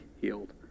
healed